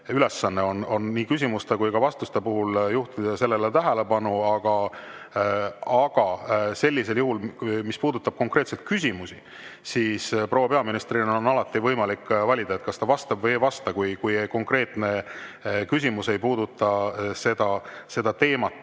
ülesanne on nii küsimuste kui ka vastuste puhul juhtida sellele tähelepanu. Mis puudutab konkreetselt küsimusi, siis proua peaministril on alati võimalik valida, kas ta vastab või ei vasta, kui küsimus ei puuduta seda teemat,